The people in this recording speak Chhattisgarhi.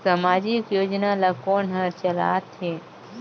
समाजिक योजना ला कोन हर चलाथ हे?